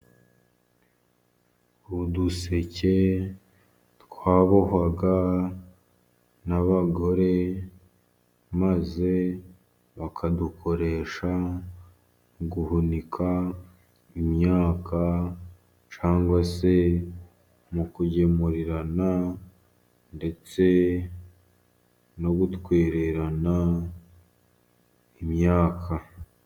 Uduseke twabohwaga n'abagore maze bakadukoresha guhunika imyaka, cyangwa se mu kugemurirana ndetse no gutwererana imyaka.